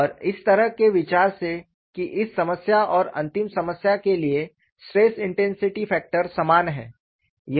और इस तरह के विचार से कि इस समस्या और अंतिम समस्या के लिए स्ट्रेस इंटेंसिटी फैक्टर समान है